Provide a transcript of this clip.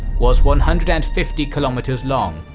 was one hundred and fifty kilometers long,